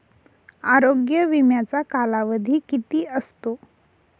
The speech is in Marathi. आरोग्य विम्याचा कालावधी किती असतो?